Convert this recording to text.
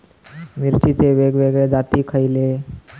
मिरचीचे वेगवेगळे जाती खयले?